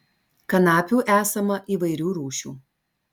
kanapių esama įvairių rūšių